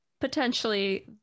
potentially